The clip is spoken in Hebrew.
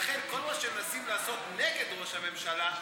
לכן כל מה שמנסים לעשות נגד ראש הממשלה,